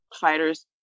fighters